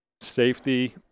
Safety